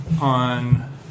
on